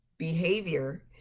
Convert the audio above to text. behavior